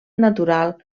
natural